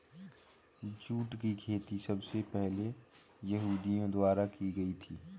jute की खेती सबसे पहले यहूदियों द्वारा की गयी थी